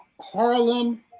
Harlem